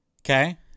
Okay